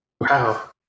Wow